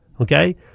okay